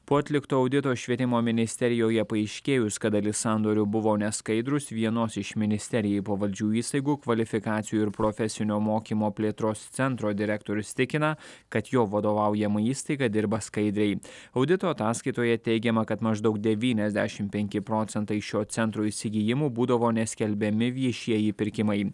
po atlikto audito švietimo ministerijoje paaiškėjus kad dalis sandorių buvo neskaidrūs vienos iš ministerijai pavaldžių įstaigų kvalifikacijų ir profesinio mokymo plėtros centro direktorius tikina kad jo vadovaujama įstaiga dirba skaidriai audito ataskaitoje teigiama kad maždaug devyniasdešim penki procentai šio centro įsigijimų būdavo neskelbiami viešieji pirkimai